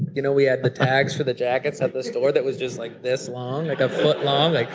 you know we had the tags for the jackets at the store that was just like this long, like a foot long. like